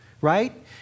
right